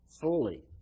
fully